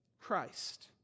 christ